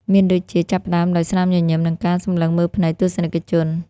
មានដូចជា ចាប់ផ្តើមដោយស្នាមញញឹម និងការសម្លឹងមើលភ្នែកទស្សនិកជន។